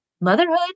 motherhood